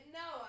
no